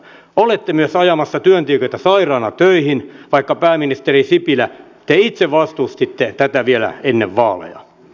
olette myös ajamassa työntekijöitä sairaina töihin vaikka pääministeri sipilä te itse vastustitte tätä vielä ennen vaaleja